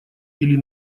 или